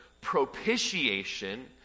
propitiation